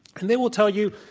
and they will tell you,